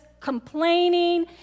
complaining